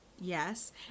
Yes